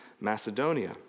Macedonia